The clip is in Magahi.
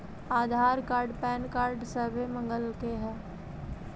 आधार कार्ड पैन कार्ड सभे मगलके हे?